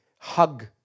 Hug